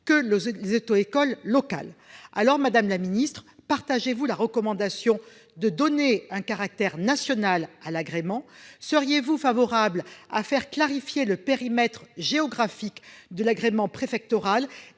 que les auto-écoles locales. Madame la secrétaire d'État, partagez-vous la recommandation suggérant de donner un caractère national à l'agrément ? Seriez-vous favorable à faire clarifier le périmètre géographique de l'agrément préfectoral